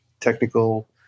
technical